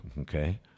okay